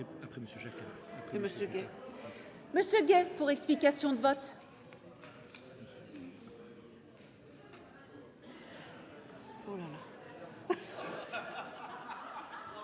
Fabien Gay, pour explication de vote.